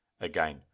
again